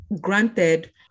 granted